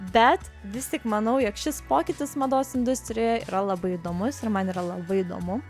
bet vis tik manau jog šis pokytis mados industrijoje yra labai įdomus ir man yra labai įdomu